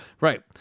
right